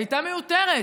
הייתה מיותרת,